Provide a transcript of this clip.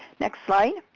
next slide.